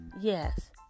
Yes